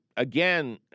Again